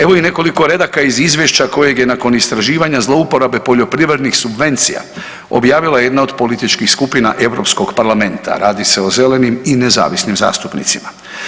Evo i nekoliko redaka iz izvješća kojeg je nakon istraživanja zlouporabe poljoprivrednih subvencija objavila jedna od političkih skupina Europskog parlamenta, radi se o Zelenim i nezavisnim zastupnicima.